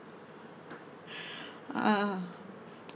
ah